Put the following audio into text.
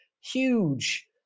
huge